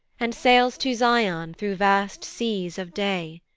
and sails to zion through vast seas of day.